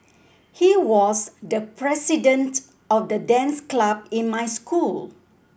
he was the president of the dance club in my school